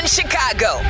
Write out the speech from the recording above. Chicago